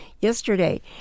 yesterday